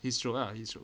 heatstroke ah heatstroke